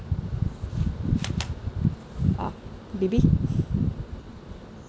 ah debby